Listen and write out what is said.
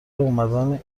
اومدن